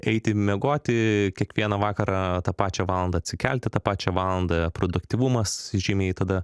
eiti miegoti kiekvieną vakarą tą pačią valandą atsikelti tą pačią valandą produktyvumas žymiai tada